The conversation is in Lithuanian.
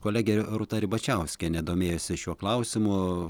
kolegė rūta ribačiauskienė domėjosi šiuo klausimu